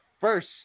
first